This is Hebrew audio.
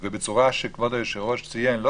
אם זה יהיה בצורה שכבוד היושב-ראש ציין שלא